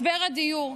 משבר הדיור,